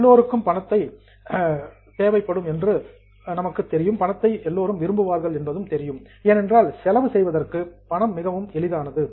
எல்லோரும் பணத்தை விரும்புகிறார்கள் ஏனென்றால் செலவு செய்வதற்கு பணம் மிகவும் எளிதானது